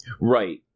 right